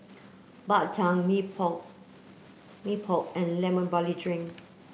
Bak Chang Mee Pok Mee Pok and lemon barley drink